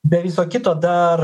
be viso kito dar